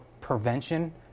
prevention